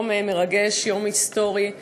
יום מרגש, יום היסטורי,